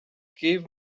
gave